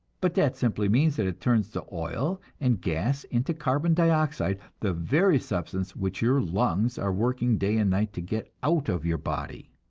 but that simply means that it turns the oil and gas into carbon dioxide, the very substance which your lungs are working day and night to get out of your body.